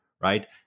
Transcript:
right